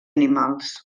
animals